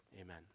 Amen